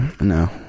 No